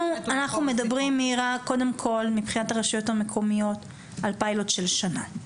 אנחנו מדברים מירה קודם כל מבחינת הרשויות המקומיות על פיילוט של שנה,